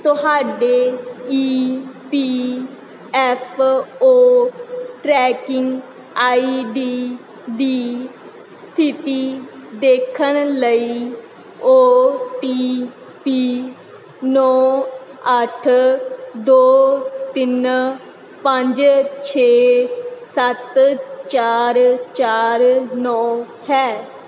ਤੁਹਾਡੇ E P F O tracking I D ਦੀ ਸਥਿਤੀ ਦੇਖਣ ਲਈ ਓ ਟੀ ਪੀ ਨੌਂ ਅੱਠ ਦੋ ਤਿੰਨ ਪੰਜ ਛੇ ਸੱਤ ਚਾਰ ਚਾਰ ਨੌਂ ਹੈ